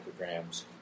micrograms